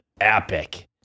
epic